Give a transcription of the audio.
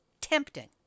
tempting